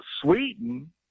Sweden